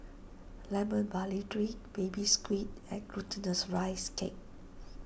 Lemon Barley Drink Baby Squid and Glutinous Rice Cake